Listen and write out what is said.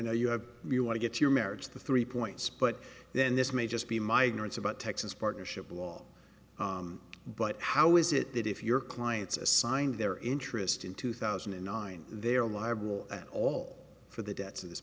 know you have you want to get your marriage the three points but then this may just be my ignorance about texas partnership law but how is it that if your client's assigned their interest in two thousand and nine they are liable at all for the debt